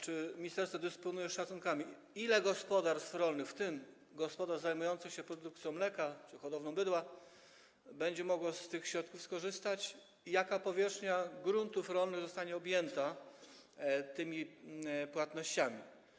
Czy ministerstwo dysponuje szacunkami, ile gospodarstw rolnych, w tym gospodarstw zajmujących się produkcją mleka czy hodowlą bydła, będzie mogło z tych środków skorzystać i jaka powierzchnia gruntów rolnych zostanie objęta tymi płatnościami?